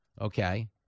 Okay